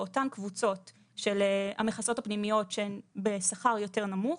באותן קבוצות של המכסות הפנימיות שהן בשכר יותר נמוך,